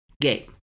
game